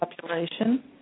population